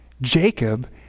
Jacob